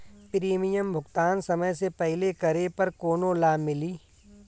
Premium भुगतान समय से पहिले करे पर कौनो लाभ मिली?